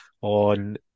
on